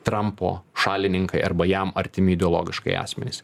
trampo šalininkai arba jam artimi ideologiškai asmenys